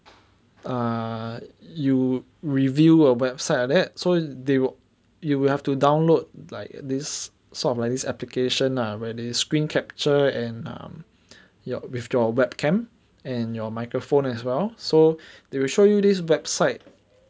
err you review a website like that so they will you will have to download like this sort of like this application ah where they screen capture and um your with your webcam and your microphone as well so they will show you this website